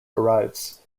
arrives